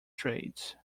trades